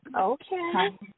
Okay